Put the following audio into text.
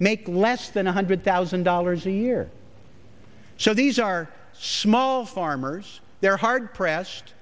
make less than one hundred thousand dollars a year so these are small farmers they're hard pressed